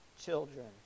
children